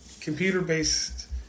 computer-based